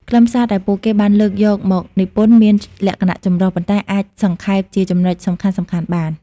ខ្លឹមសារដែលពួកគេបានលើកយកមកនិពន្ធមានលក្ខណៈចម្រុះ ប៉ុន្តែអាចសង្ខេបជាចំណុចសំខាន់ៗបាន។